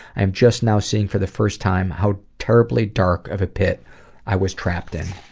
i'm just now seeing for the first time how terribly dark of a pit i was trapped it.